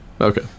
Okay